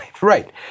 Right